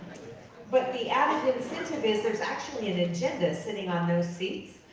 but the added incentive is there's actually an agenda sitting on those seats.